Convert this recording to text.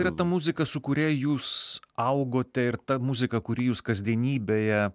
yra ta muzika su kuria jūs augote ir ta muzika kuri jus kasdienybėje